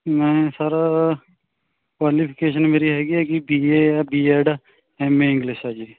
ਮੈਂ sir qualification ਮੇਰੀ ਹੈਗੀ ਹੈਗੀ ਬੀ ਏ ਹੈ ਬੀਐਡ ਐਮ ਏ ਇੰਗਲਿਸ਼ ਹੈ ਜੀ